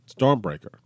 Stormbreaker